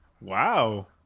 Wow